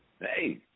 hey